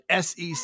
SEC